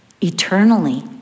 eternally